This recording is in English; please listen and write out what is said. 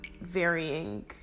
varying